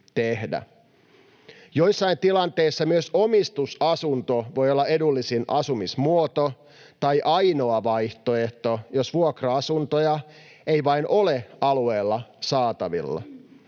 Joissain tilanteissa myös omistusasunto voi olla edullisin asumismuoto tai ainoa vaihtoehto, jos vuokra-asuntoja ei vain ole alueella saatavilla.